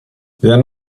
then